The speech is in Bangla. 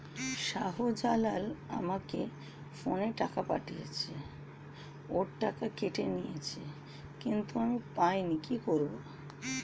শাহ্জালাল আমাকে ফোনে টাকা পাঠিয়েছে, ওর টাকা কেটে নিয়েছে কিন্তু আমি পাইনি, কি করব?